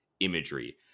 imagery